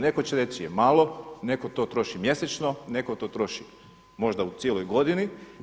Netko će reći je malo, neko to troši mjesečno, neko to troši možda u cijeloj godini.